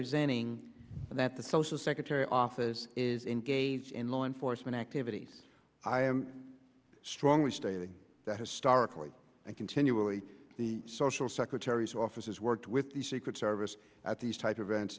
representing that the social secretary office is engage in law enforcement activities i am strongly stating that historically and continually the social secretary's office has worked with the secret service at these type of event